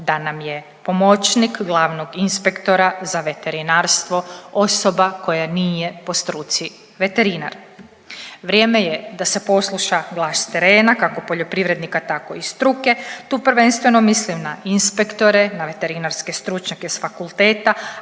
da nam je pomoćnik glavnog inspektora za veterinarstvo osoba koja nije po struci veterinar. Vrijeme je da se posluša glas s terena, kako poljoprivrednika, tako i struke, tu prvenstveno mislim na inspektore, na veterinarske stručnjake s fakulteta,